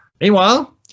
Meanwhile